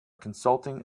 consulting